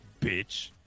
bitch